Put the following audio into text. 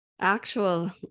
actual